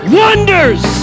wonders